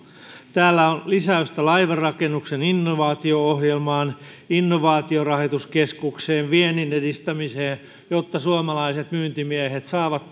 täällä on lisäystä laivanrakennuksen innovaatio ohjelmaan innovaatiorahoituskeskukseen viennin edistämiseen jotta suomalaiset myyntimiehet saavat